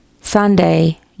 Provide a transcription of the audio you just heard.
Sunday